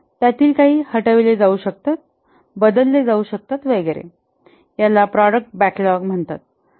त्यातील काही हटविले जाऊ शकतात बदलले जाऊ शकतात वगैरे याला प्रॉडक्ट बॅकलॉग म्हणतात